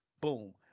Boom